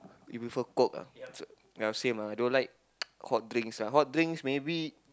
you prefer coke ah so ya same ah I don't like hot drinks ah hot drinks maybe